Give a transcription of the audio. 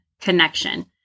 Connection